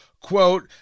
quote